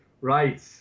right